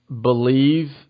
believe